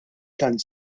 tant